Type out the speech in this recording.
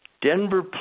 Denver